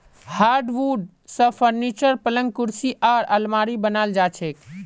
hardwood स furniture, पलंग कुर्सी आर आलमारी बनाल जा छेक